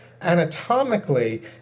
anatomically